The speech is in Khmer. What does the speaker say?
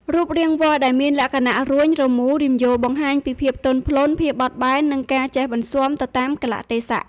រូបរាងវល្លិ៍ដែលមានលក្ខណៈរួញ រមូរ រំយោលបង្ហាញពី ភាពទន់ភ្លន់ ភាពបត់បែន និងការចេះបន្សាំ ទៅតាមកាលៈទេសៈ។